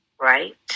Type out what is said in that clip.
right